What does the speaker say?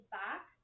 back